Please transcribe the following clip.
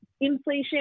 inflation